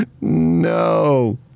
No